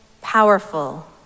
powerful